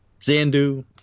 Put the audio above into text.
Zandu